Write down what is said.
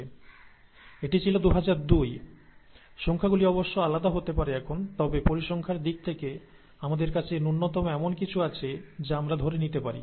এটি ছিল 2002 সংখ্যাগুলি অবশ্য আলাদা হতে পারে এখন তবে পারিসংখ্যার দিক থেকে আমাদের কাছে ন্যূনতম এমন কিছু আছে যা আমরা ধরে নিতে পারি